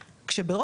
או מסתדרת סביב זה,